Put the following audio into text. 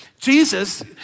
Jesus